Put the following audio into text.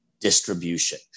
distribution